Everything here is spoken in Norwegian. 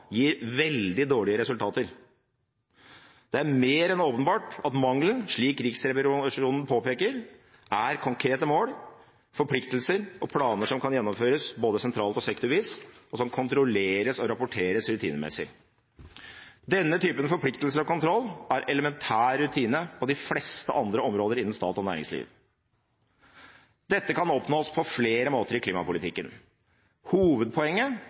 gir veldig dårlige resultater. Det er mer enn åpenbart at mangelen, slik Riksrevisjonen påpeker, er konkrete mål, forpliktelser og planer som kan gjennomføres både sentralt og sektorvis, og som kontrolleres og rapporteres rutinemessig. Denne typen forpliktelser og kontroll er elementær rutine på de fleste andre områder innen stat og næringsliv. Dette kan oppnås på flere måter i klimapolitikken. Hovedpoenget